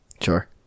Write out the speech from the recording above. Sure